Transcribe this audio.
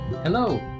Hello